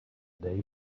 day